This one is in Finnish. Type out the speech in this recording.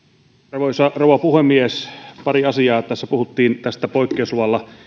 arvoisa rouva puhemies pari asiaa tässä puhuttiin poikkeusluvalla